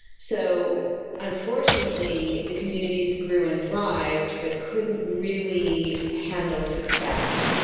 so unfortunately the communities grew and thrived but couldn't really handle success,